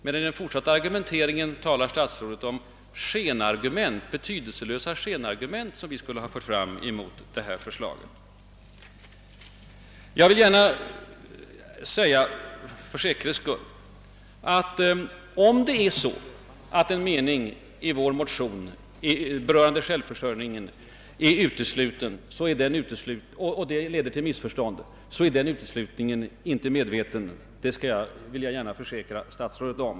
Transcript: Men i den fortsatta argumenteringen talade statsrådet om betydelselösa »skenargument» som vi skulle ha framfört mot förslaget. Jag vill för säkerhets skull betona att om det är så att en mening rörande självfinansieringen är utesluten i citatet från propositionen i vår motion och detta leder till missförstånd, är uteslutningen inte medvetet gjord — det vill jag gärna försäkra statsrådet.